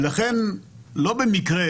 ולכן, לא במקרה,